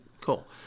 cool